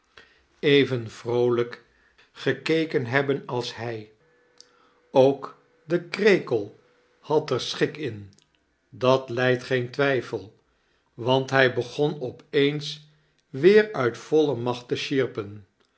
even vroolijk gekeken hebben als hij ook de krekel had er sohik in dat lijdt geen twijfel want hij begon op eens weer uit voile macht te sjierpen